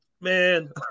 man